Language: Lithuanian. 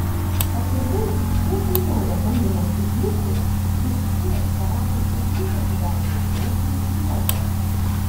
apie tai kiek kainuoja bandymas išlikti įsitvėrus savajam sėkmingo gyvenimo vaizdiniui į uodegą